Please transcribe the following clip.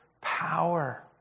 power